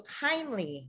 kindly